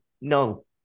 no